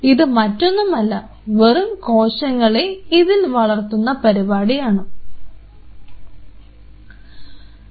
ഇത് മറ്റൊന്നുമല്ല വെറും കോശങ്ങളെ ഇതിൽ വളർത്തുന്ന പരിപാടി ആണ്